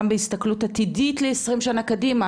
גם בהסתכלות עתידית ל-20 שנה קדימה,